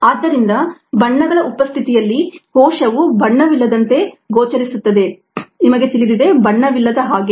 ಆದ್ದರಿಂದ ಬಣ್ಣಗಳ ಉಪಸ್ಥಿತಿಯಲ್ಲಿ ಕೋಶವು ಬಣ್ಣವಿಲ್ಲದಂತೆ ಗೋಚರಿಸುತ್ತದೆ ನಿಮಗೆ ತಿಳಿದಿದೆ ಬಣ್ಣವಿಲ್ಲದ ಹಾಗೆ